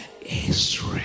Israel